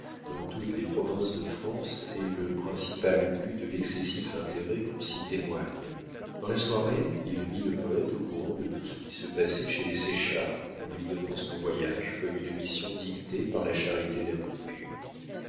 dans toutes les provinces de france est le principal but de l'excessif intérêt qu'on s'y témoigne dans la soirée il mit le poète au courant de tout ce qui se passait chez les séchard en lui donnant son voyage comme une mission dictée par la charité la plus pure